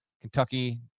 Kentucky